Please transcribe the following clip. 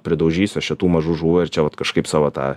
pridaužysiu aš čia tų mažų žuvų ir čia vat kažkaip savo tą